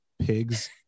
pigs